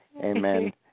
Amen